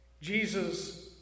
Jesus